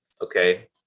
Okay